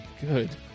good